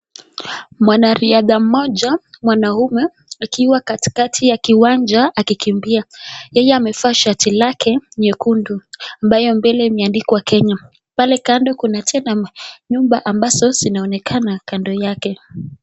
Wanariadha moja mwanaume akiwa katikati ya uwanja akikimbia. Yeye amevaa shati yake nyekundu iliyoandikwa mbele yake Kenya. Pale tena kando kuna nyumba zinaonekana kando yake.